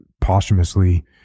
posthumously